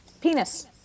penis